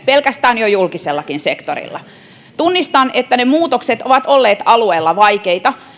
pelkästään jo julkisellakin sektorilla että tunnistan että ne muutokset ovat olleet alueilla vaikeita